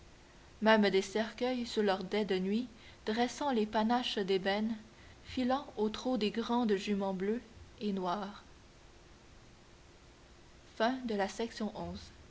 même des cercueils sous leur dais de nuit dressant les panaches d'ébène filant au trot des grandes juments bleues et noires